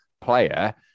player